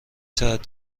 ساعت